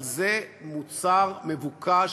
אבל זה מוצר מבוקש,